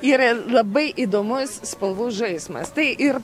yra labai įdomus spalvų žaismas tai ir